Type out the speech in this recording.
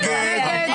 מי נגד?